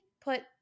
put